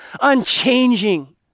unchanging